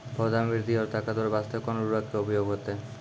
पौधा मे बृद्धि और ताकतवर बास्ते कोन उर्वरक के उपयोग होतै?